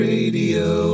Radio